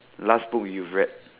last book you've read